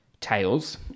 Tails